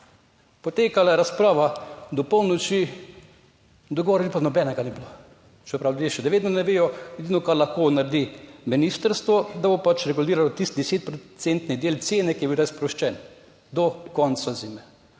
Potekala je razprava do polnoči, dogovora pa nobenega ni bilo, čeprav ljudje še vedno ne vedo, edino kar lahko naredi ministrstvo, da bo pač reguliralo tisti deset procentni del cene, ki je bil sproščen, do konca zime.